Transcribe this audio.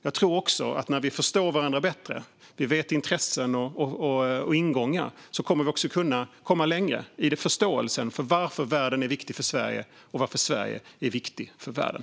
Jag tror att när vi förstår varandra bättre och känner till intressen och ingångar kommer vi också att komma längre i förståelsen för varför världen är viktig för Sverige och varför Sverige är viktigt för världen.